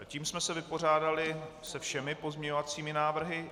Tím jsme se vypořádali se všemi pozměňovacími návrhy.